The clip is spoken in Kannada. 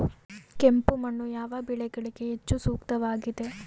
ಕೆಂಪು ಮಣ್ಣು ಯಾವ ಬೆಳೆಗಳಿಗೆ ಹೆಚ್ಚು ಸೂಕ್ತವಾಗಿದೆ?